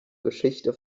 geschichte